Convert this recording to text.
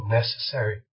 necessary